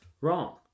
wrong